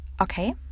Okay